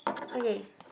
okay